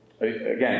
Again